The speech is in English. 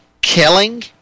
killing